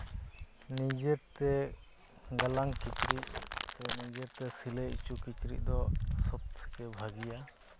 ᱱᱤᱡᱮ ᱛᱮ ᱜᱟᱞᱟᱝ ᱠᱤᱪᱨᱤᱡᱽ ᱥᱮ ᱱᱤᱡᱮᱛᱮ ᱥᱤᱞᱟᱹᱭ ᱦᱚᱪᱚ ᱠᱤᱪᱨᱤᱡᱽ ᱫᱚ ᱥᱚᱵ ᱛᱷᱮᱠᱮ ᱵᱷᱟᱹᱜᱤᱭᱟ